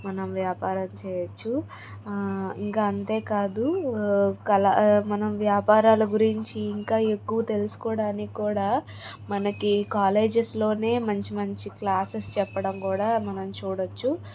మనం వ్యాపారం చేయొచ్చు ఇంకా అంతే కాదు కల మనం వ్యాపారాలు గురించి ఇంకా ఎక్కువ తెలుసుకోవడానికి కూడా మనకి కాలేజెస్లోనే మంచి మంచి క్లాసెస్ చెప్పడం కూడా మనం చూడొచ్చు